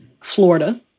Florida